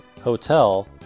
hotel